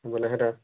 ବୋଲେ ସେଟା